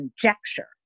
conjecture